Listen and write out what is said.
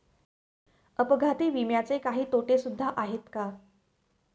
अपघाती विम्याचे काही तोटे सुद्धा आहेत का?